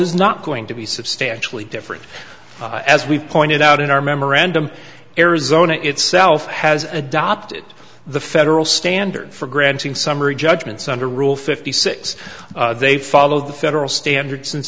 is not going to be substantially different as we've pointed out in our memorandum arizona itself has adopted the federal standard for granting summary judgment so under rule fifty six they follow the federal standard since